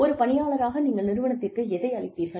ஒரு பணியாளராக நீங்கள் நிறுவனத்திற்கு எதை அளித்தீர்கள்